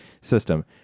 system